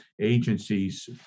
agencies